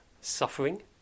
Suffering